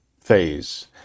phase